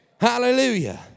Hallelujah